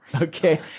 Okay